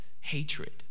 hatred